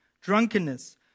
drunkenness